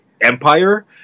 Empire